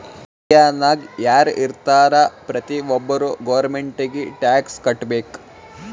ಇಂಡಿಯಾನಾಗ್ ಯಾರ್ ಇರ್ತಾರ ಪ್ರತಿ ಒಬ್ಬರು ಗೌರ್ಮೆಂಟಿಗಿ ಟ್ಯಾಕ್ಸ್ ಕಟ್ಬೇಕ್